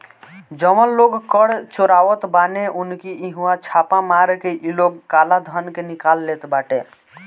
जवन लोग कर चोरावत बाने उनकी इहवा छापा मार के इ लोग काला धन के निकाल लेत बाटे